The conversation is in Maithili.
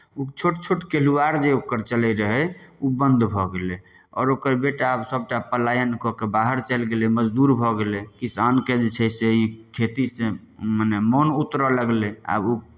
ओ छोट छोट कल्हुआर जे ओकर चलै रहै ओ बन्द भऽ गेलै आओर ओकर बेटा सभटा पलायन कऽ के बाहर चलि गेलै मजदूर भऽ गेलै किसानके जे छै से ई खेतीसँ मने मोन उतरय लगलै आब ओ